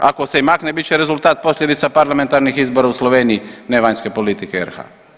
Ako se i makne, bit će rezultat posljedica parlamentarnih izbora u Sloveniji, ne vanjske politike RH.